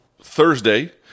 Thursday